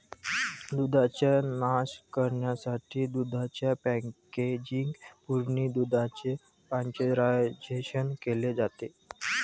जंतूंचा नाश करण्यासाठी दुधाच्या पॅकेजिंग पूर्वी दुधाचे पाश्चरायझेशन केले जाते